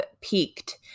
peaked